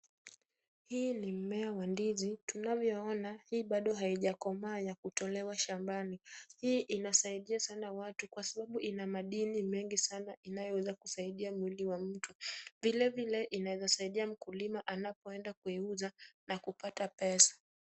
Hii ni mmea wa ndizi. Tunavyoona hii bado haijakomaa ya kutolewa shambani. Hii inasaidia sana watu, kwa sababu ina madini mengi sana inayoweza kusaidia mwili wa mtu. Vile vile, inaweza saidia mkulima anapoenda kuiuza na kupata pesa.